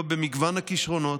לא במגוון הכישרונות,